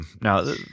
Now